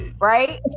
right